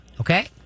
okay